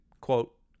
quote